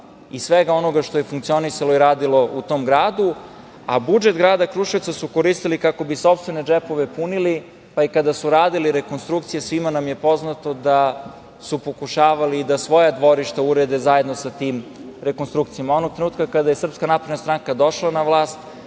i svega onoga što je funkcionisalo i radilo u tom gradu, a budžet grada Kruševca su koristili kako bi sopstvene džepove punili. I kada su radili rekonstrukcije svima nam je poznato da su pokušavali da svoja dvorišta urede zajedno sa tim rekonstrukcijama. Onog trenutka kada je SNS došla na vlast